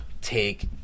Take